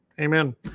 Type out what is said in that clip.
Amen